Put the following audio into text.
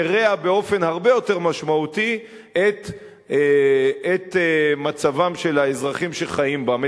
שהרעה באופן הרבה יותר משמעותי את מצבם של האזרחים שחיים בהן.